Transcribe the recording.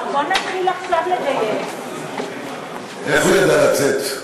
מיקי, איך הוא ידע לצאת?